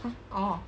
!huh! orh